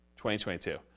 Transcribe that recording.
2022